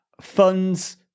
funds